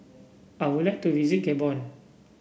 I would like to visit Gabon